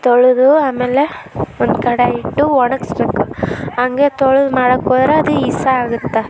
ತೊಳೆದು ಆಮೇಲೆ ಒಂದು ಕಡಾಯಿ ಇಟ್ಟು ಒಣಗಿಸ್ಬೇಕು ಹಾಗೆ ತೊಳ್ದು ಮಾಡೋಕ್ ಹೋದ್ರೆ ಅದು ವಿಷ ಆಗುತ್ತೆ